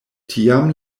tiam